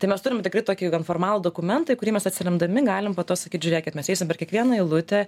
tai mes turim tikrai tokį gan formalų dokumentą į kurį mes atsiremdami galim po to sakyt žiūrėkit mes eisim per kiekvieną eilutę